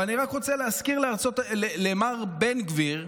אבל אני רק רוצה להזכיר למר בן גביר,